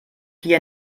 hier